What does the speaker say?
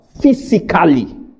physically